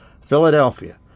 Philadelphia